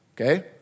Okay